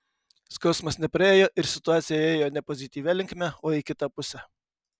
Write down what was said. skausmas nepraėjo ir situacija ėjo ne pozityvia linkme o į kitą pusę